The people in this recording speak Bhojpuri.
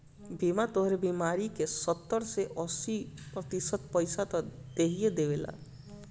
बीमा तोहरे बीमारी क सत्तर से अस्सी प्रतिशत पइसा त देहिए देवेला